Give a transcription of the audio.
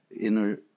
inner